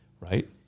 right